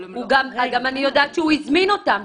גם אני יודעת שהוא הזמין אותם.